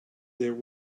there